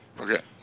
Okay